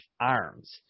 arms